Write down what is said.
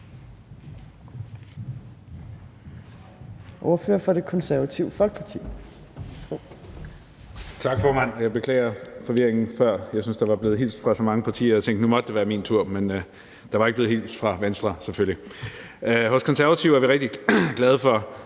ordfører for Det Konservative Folkeparti.